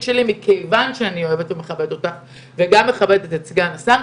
שלי מכיוון שאני אוהבת ומכבדת אותך ואת סגן השר,